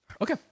Okay